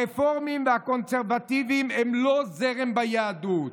הרפורמים והקונסרבטיבים הם לא זרם ביהדות,